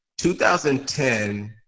2010